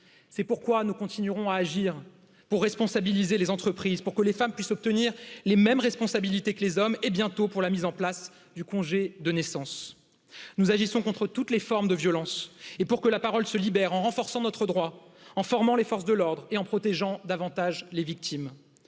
c'est pourquoi nous continuerons à agir pour responsabiliser les entreprises pour que les femmes puissent obtenir les mêmes responsabilités pour la mise en place de congés de naissance nous agissons contre toutes les formes de violence et pour que la parole se libère en renforçant notre droit en formant les forces de l'ordre et en protégeant davantage les victimes.